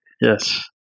Yes